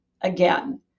again